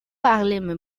harlem